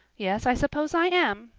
yes, i suppose i am,